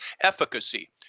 efficacy